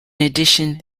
addition